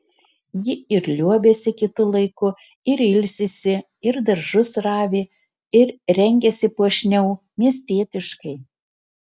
ji ir liuobiasi kitu laiku ir ilsisi ir daržus ravi ir rengiasi puošniau miestietiškai